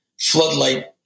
floodlight